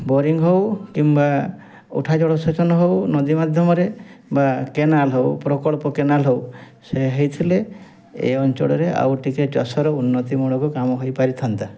boring ହଉ କିମ୍ବା ଉଠା ଜଳ ସେଚନ ହଉ ନଦୀ ମାଧ୍ୟମରେ ବା କେନାଲ ହଉ ପ୍ରକଳ୍ପ କେନାଲ ହଉ ସେ ହେଇଥିଲେ ଏ ଅଞ୍ଚଳରେ ଆଉ ଟିକେ ଚାଷ ର ଉନ୍ନତ୍ତି ମୂଳକ କାମ ହୋଇପାରିଥାନ୍ତା